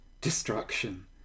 destruction